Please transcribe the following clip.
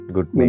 Good